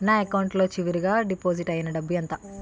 నా అకౌంట్ లో చివరిగా డిపాజిట్ ఐనా డబ్బు ఎంత?